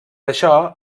això